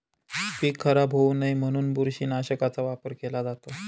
पीक खराब होऊ नये म्हणून बुरशीनाशकाचा वापर केला जातो